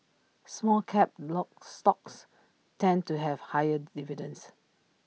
small cap lock stocks tend to have higher dividends